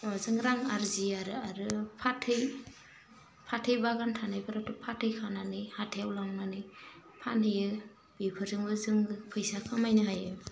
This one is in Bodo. जों रां आरजियो आरो आरो फाथै फाथै बागान थानायफोराबो फाथै खानानै हाथाइयाव लांनानै फानहैयो बेफोरजोंबो जों फैसा खामायनो हायो